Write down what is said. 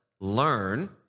learn